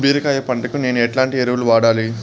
బీరకాయ పంటకు నేను ఎట్లాంటి ఎరువులు వాడాలి?